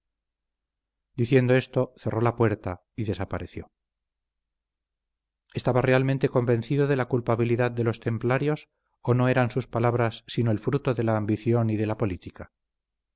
diciendo esto cerró la puerta y desapareció estaba realmente convencido de la culpabilidad de los templarios o no eran sus palabras sino el fruto de la ambición y de la política